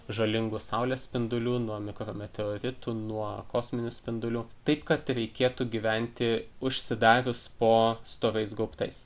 žalingų saulės spindulių nuo mikro meteoritų nuo kosminių spindulių taip kad reikėtų gyventi užsidarius po storais gaubtais